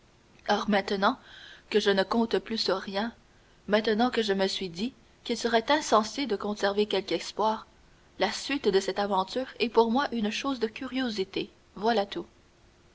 or maintenant que je ne compte plus sur rien maintenant que je me suis dit qu'il serait insensé de conserver quelque espoir la suite de cette aventure est pour moi une chose de curiosité voilà tout